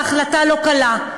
ההחלטה לא קלה,